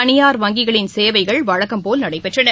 தனியார் வங்கிகளின் சேவைகள் வழக்கம்போல் நடைபெற்றன